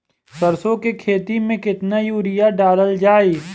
सरसों के खेती में केतना यूरिया डालल जाई?